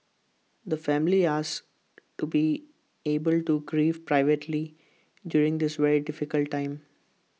the family asks to be able to grieve privately during this very difficult time